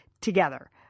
together